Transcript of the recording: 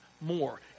more